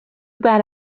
bad